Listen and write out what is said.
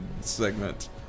segment